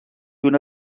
una